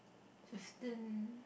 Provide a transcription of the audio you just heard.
fifteen